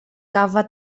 cava